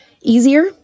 easier